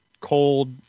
cold